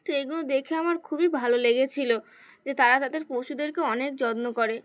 তো এগুলো দেখে আমার খুবই ভালো লেগেছিল যে তারা তাদের পশুদেরকে অনেক যত্ন করে